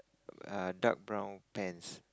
a dark brown pants